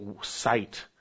sight